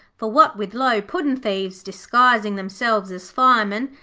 for what with low puddin'-thieves disguising themselves as firemen,